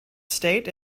state